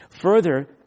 Further